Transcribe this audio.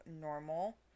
normal